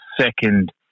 second